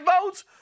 votes